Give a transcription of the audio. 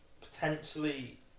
potentially